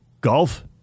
Golf